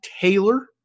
Taylor